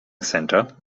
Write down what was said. centre